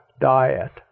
diet